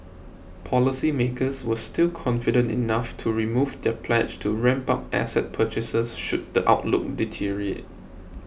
policy makers were still confident enough to remove their pledge to ramp up asset purchases should the outlook deteriorate